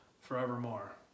forevermore